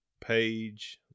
Page